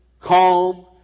calm